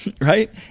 right